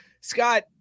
Scott